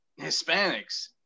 Hispanics